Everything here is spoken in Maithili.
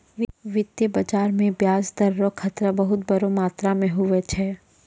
वित्तीय बाजार मे ब्याज दर रो खतरा बहुत बड़ो मात्रा मे हुवै छै